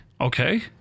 Okay